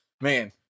man